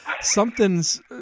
something's